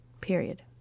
Period